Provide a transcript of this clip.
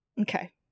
Okay